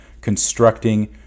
constructing